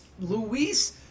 Luis